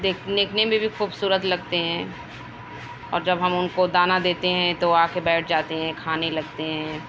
دیکھ دیکھنے میں بھی خوبصورت لگتے ہیں اور جب ہم اُن کو دانہ دیتے ہیں تو آ کے بیٹھ جاتے ہیں کھانے لگتے ہیں